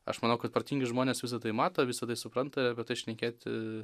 aš manau kad protingi žmonės visa tai mato visa tai supranta ir apie šnekėti